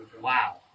Wow